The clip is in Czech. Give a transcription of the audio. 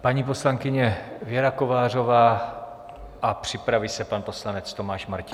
Paní poslankyně Věra Kovářová a připraví se pan poslanec Tomáš Martínek.